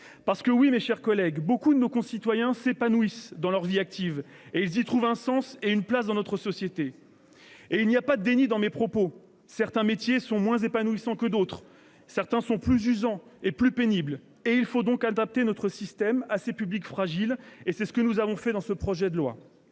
sûr ! Oui, mes chers collègues, nombre de nos concitoyens s'épanouissent dans leur vie active. Ils y trouvent un sens et une place dans notre société. Il n'y a pas de déni dans mes propos : certains métiers sont moins épanouissants que d'autres, plus usants et plus pénibles, et il faut donc adapter notre système à ces publics fragiles. C'est ce que nous avons fait dans ce projet de loi.